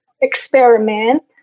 experiment